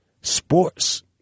sports